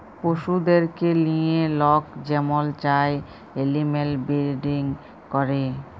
পশুদেরকে লিঁয়ে লক যেমল চায় এলিম্যাল বিরডিং ক্যরে